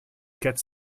quatre